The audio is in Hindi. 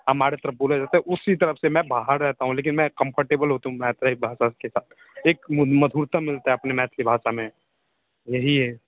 हमारे तरफ बोला जाता है उसी तरफ से मैं बाहर रहता हूँ लेकिन मैं कंफर्टेबल होता एक म मधुरता मिलता है अपनी मैथिली भाषा में यही है